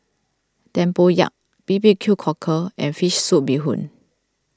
Tempoyak B B Q Cockle and Fish Soup Bee Hoon